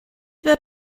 wird